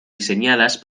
diseñadas